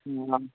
हँ